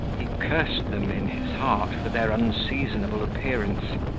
he cursed them in his heart for their unseasonable appearance.